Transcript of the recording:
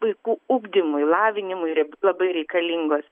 vaikų ugdymui lavinimui yra labai reikalingos